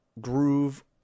groove